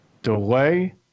delay